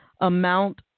amount